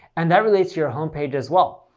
and that relates to your home page as well.